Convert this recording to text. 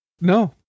No